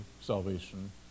salvation